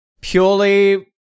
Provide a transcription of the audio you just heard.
purely